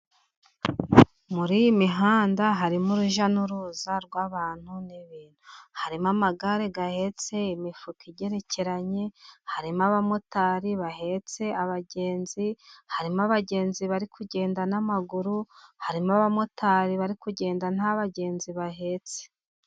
Muri iyi mihanda harimo urujya n'uruza rw'abantu n'ibintu. Harimo amagare ahetse imifuka igerekeranye, harimo abamotari bahetse abagenzi, harimo abagenzi bari kugenda n'amaguru, harimo abamotari bari kugenda nta bagenzi bahetse.